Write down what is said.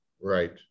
right